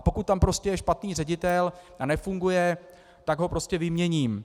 Pokud tam je špatný ředitel a nefunguje, tak ho prostě vyměním.